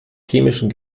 chemischen